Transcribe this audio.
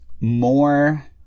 more